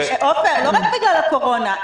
עפר לא רק בגלל הקורונה,